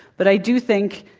but i do think,